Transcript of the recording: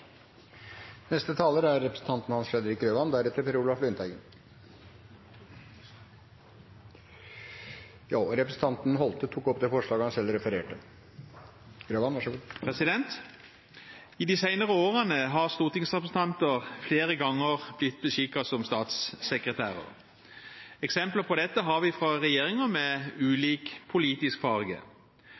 tok opp det forslaget han refererte til at han ville stemme for. I de senere årene har stortingsrepresentanter flere ganger blitt beskikket som statssekretærer. Eksempler på dette har vi fra regjeringer med ulik politisk farge.